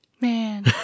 Man